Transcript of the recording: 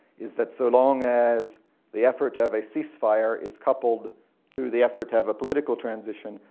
is that so long as the effort to have a ceasefire is coupled to the effort to have a political transition,